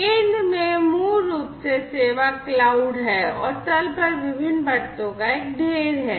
केंद्र में मूल रूप से सेवा cloud है और तल पर विभिन्न परतों का एक ढेर है